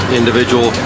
individual